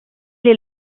est